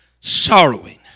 sorrowing